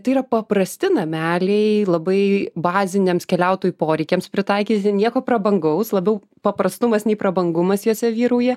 tai yra paprasti nameliai labai baziniams keliautojų poreikiams pritaikyti nieko prabangaus labiau paprastumas nei prabangumas juose vyrauja